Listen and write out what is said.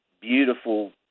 beautiful